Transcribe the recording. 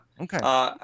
Okay